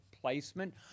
placement